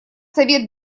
совет